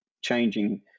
changing